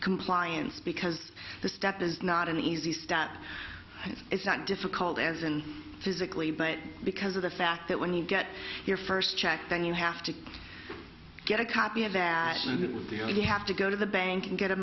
compliance because the step is not an easy step and it's not difficult as and physically but because of the fact that when you get your first check then you have to get a copy of that you know you have to go to the bank and get a